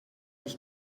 ich